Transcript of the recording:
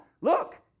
look